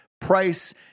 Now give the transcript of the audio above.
price